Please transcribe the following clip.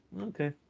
Okay